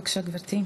בבקשה, גברתי.